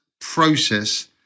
process